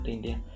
India